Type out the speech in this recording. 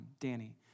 Danny